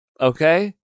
Okay